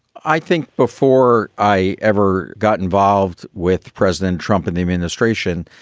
i think before i ever got involved with president trump and administration,